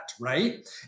Right